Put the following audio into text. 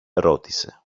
ρώτησε